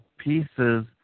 Pieces